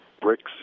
bricks